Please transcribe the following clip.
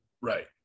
Right